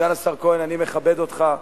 סגן השר כהן, אני מכבד אותך,